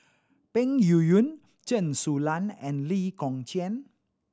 Peng Yuyun Chen Su Lan and Lee Kong Chian